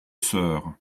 soeurs